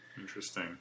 Interesting